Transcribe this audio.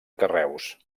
carreus